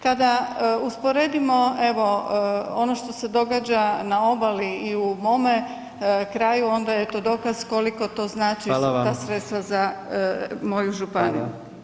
Kada usporedimo evo ono što se događa na obali i u mome kraju onda je to dokaz koliko to znači [[Upadica: Hvala vam.]] sva ta sredstva za moju županiju.